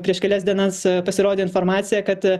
prieš kelias dienas pasirodė informacija kad